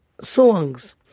songs